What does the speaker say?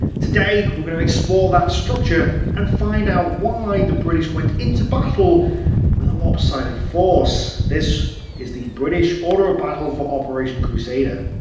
today we're going to explore that structure and find out why the british went into battle with a lopsided force. this is the british order of battle for operation crusader.